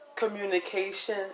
Communication